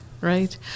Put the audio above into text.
right